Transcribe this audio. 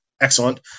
excellent